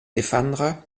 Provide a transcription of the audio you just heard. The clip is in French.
défendre